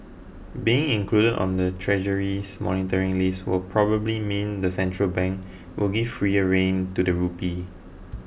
being included on the Treasury's monitoring list will probably mean the central bank will give freer rein to the rupee